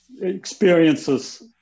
experiences